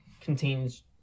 contains